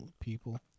people